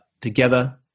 together